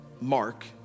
Mark